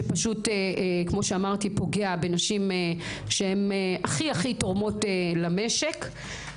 שפשוט פוגע בנשים שהכי-הכי תורמות למשק.